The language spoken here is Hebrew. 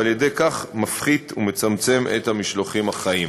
ועל-ידי כך צמצום המשלוחים החיים.